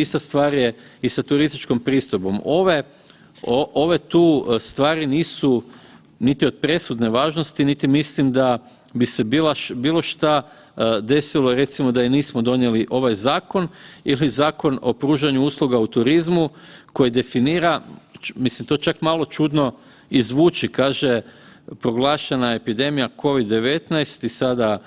Ista stvar je i sa turističkom pristojbom, ove tu stvari nisu niti od presudne važnosti niti mislim da bi se bilo šta desilo recimo da i nismo donijeli ovaj zakon ili Zakon o pružanju usluga u turizmu koji definira, mislim to čak malo i čudno i zvuči, kaže proglašena je epidemija Covid-19 i sada